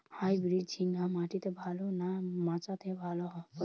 Hybrid ঝিঙ্গা মাটিতে ভালো না মাচাতে ভালো ফলন?